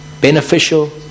beneficial